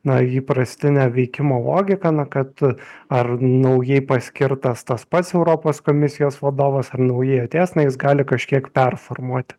na įprastinę veikimo logiką na kad ar naujai paskirtas tas pats europos komisijos vadovas ar naujai atėjęs na jis gali kažkiek performuoti